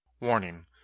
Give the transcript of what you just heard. Warning